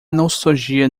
nostalgia